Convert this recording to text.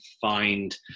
find